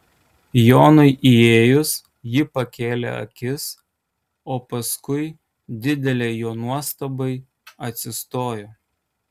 jonui įėjus ji pakėlė akis o paskui didelei jo nuostabai atsistojo